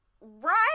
Right